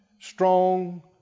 Strong